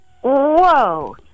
Whoa